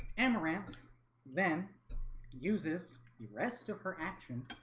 amarant then uses the rest of her action